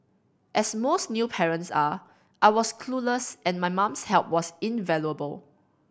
as most new parents are I was clueless and my mum's help was invaluable